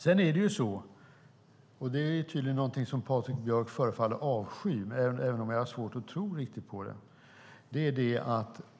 Sedan vill jag ta upp någonting som Patrik Björck förefaller avsky, även om jag har svårt att riktigt tro på det.